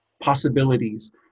possibilities